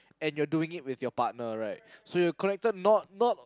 and you're doing it with your partner right so you're connected not not